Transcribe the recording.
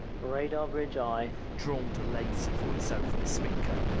radar bridge, aye, drawled a lazy voice over the speaker.